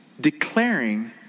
declaring